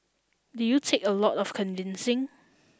did you take a lot of convincing